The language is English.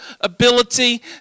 ability